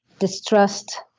distressed,